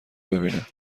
ببینن